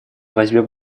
возьмем